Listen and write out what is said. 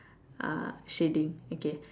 uh shading okay